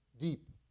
deep